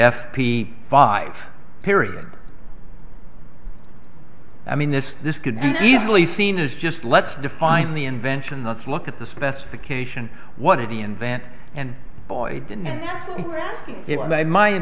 f p five period i mean this this could be easily seen as just let's define the invention let's look at the specification what did he invent and boy